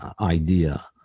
idea